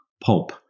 pulp